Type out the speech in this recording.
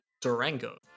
Durango